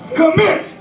commit